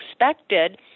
expected